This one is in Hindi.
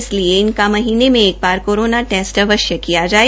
इसलिए इन्हें महीने में एक बार कोरोना टेस्ट अवश्य किया जाए